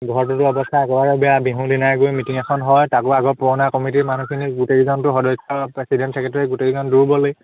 ঘৰটোৰটো অৱস্থা আগৰে বেয়া বিহুৰ দিনাই গৈ মিটিং এখন হয় তাকো আগৰ পুৰণা কমিটিৰ মানুহখিনি গোটেইকেইজনটো আমাৰ প্ৰেচিডেণ্ট চেক্ৰেটেৰী গোটেইকেইজন দূৰ্বলেই